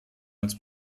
als